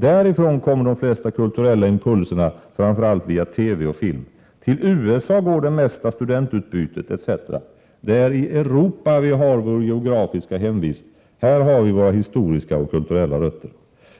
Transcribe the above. Därifrån kommer de flesta kulturella impulserna, framför allt via TV och film. Till USA går det mesta studentutbytet etc. Det är i Europa vi har vår geografiska hemvist. Här har vi våra historiska och kulturella rötter.